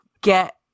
get